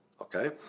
okay